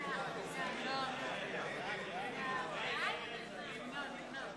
הצעת הסיכום שהביא חבר הכנסת אילן גילאון לא נתקבלה.